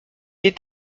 est